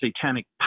satanic